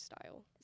style